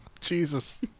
Jesus